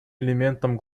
элементом